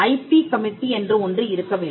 IP committee என்று ஒன்று இருக்க வேண்டும்